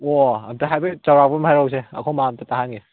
ꯑꯣ ꯑꯝꯇ ꯍꯥꯏꯐꯦꯠ ꯆꯥꯎꯔꯥꯛꯄꯝ ꯍꯥꯏꯔꯛꯎꯁꯦ ꯑꯩꯈꯣꯏ ꯃꯥ ꯑꯝꯇ ꯇꯥꯍꯟꯒꯦ